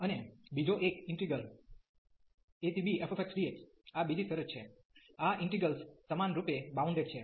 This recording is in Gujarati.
અને બીજો એક ઈન્ટિગ્રલ abfx dx આ બીજી શરત છે આ ઇન્ટિગ્રલ્સ સમાનરૂપે બાઉન્ડેડ bounded છે